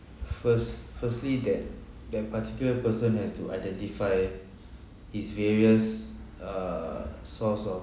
first firstly that that particular person has to identify his various err source of